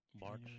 March